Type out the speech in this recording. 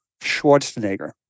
Schwarzenegger